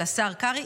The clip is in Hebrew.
של השר קרעי,